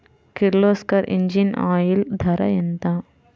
Kirloskar engine oil ధర ఎంత?